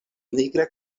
nigra